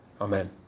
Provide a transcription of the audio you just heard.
Amen